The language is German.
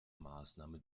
maßnahme